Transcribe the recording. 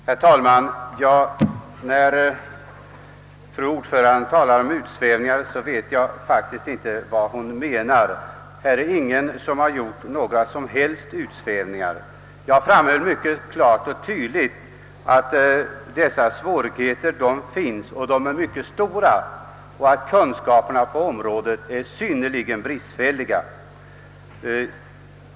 Herr talman! När fru ordföranden talade om utsvävningar vet jag faktiskt inte vad hon menar. Här har ingen gjort några som helst utsvävningar. Jag framhöll mycket klart och tydligt att dessa svårigheter finns, att de är mycket stora och att kunskaperna på området är synnerligen bristfälliga.